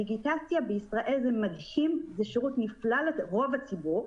הדיגיטציה בישראל זה שירות נפלא לרוב הציבור,